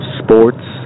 sports